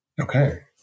Okay